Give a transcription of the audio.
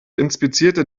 inspizierte